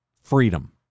freedom